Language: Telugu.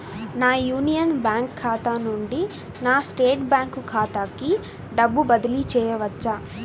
నా యూనియన్ బ్యాంక్ ఖాతా నుండి నా స్టేట్ బ్యాంకు ఖాతాకి డబ్బు బదిలి చేయవచ్చా?